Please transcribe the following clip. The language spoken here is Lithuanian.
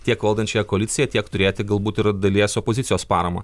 tiek valdančiąją koaliciją tiek turėti galbūt ir dalies opozicijos paramą